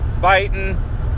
fighting